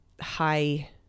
high